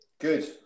good